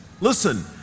listen